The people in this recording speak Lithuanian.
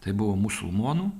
tai buvo musulmonų